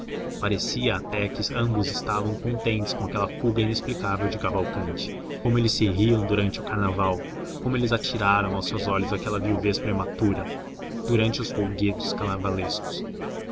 parecia até que ambos estavam contentes com aquela fuga inexplicável de cavalcanti como eles se riam durante o carnaval como eles atiraram aos seus olhos aquela sua viuvez prematura durante os folguedos carnavalescos